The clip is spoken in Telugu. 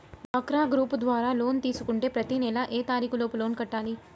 డ్వాక్రా గ్రూప్ ద్వారా లోన్ తీసుకుంటే ప్రతి నెల ఏ తారీకు లోపు లోన్ కట్టాలి?